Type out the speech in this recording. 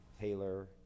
Taylor